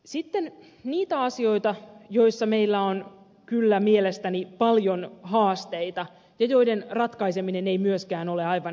sitten niitä asioita joissa meillä on kyllä mielestäni paljon haasteita ja joiden ratkaiseminen ei myöskään ole aivan helppoa